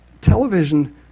television